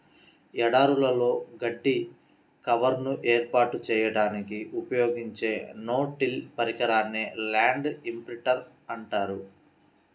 ఎడారులలో గడ్డి కవర్ను ఏర్పాటు చేయడానికి ఉపయోగించే నో టిల్ పరికరాన్నే ల్యాండ్ ఇంప్రింటర్ అంటారు